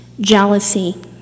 jealousy